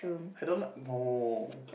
I don't like no